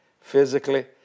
physically